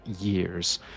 years